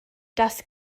das